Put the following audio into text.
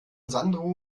sandro